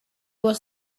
was